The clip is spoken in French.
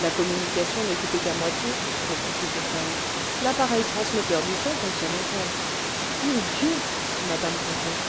la communication n'est coupée qu'à moitié reprit piquefol l'appareil transmetteur du son fonctionne encore mon dieu fit mtm ponto